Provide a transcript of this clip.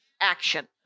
action